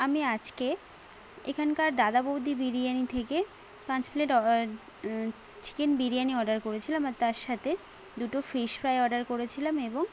আমি আজকে এখানকার দাদা বৌদি বিরিয়ানি থেকে পাঁচ plate of chicken biryani order করেছিলাম আর তার সাথে দুটো ফিস ফ্রাই অর্ডার করেছিলাম এবং